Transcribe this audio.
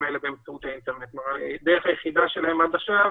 האלה באמצעות האינטרנט והדרך היחידה שלהן עד עכשיו